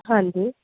ਹਾਂਜੀ